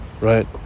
Right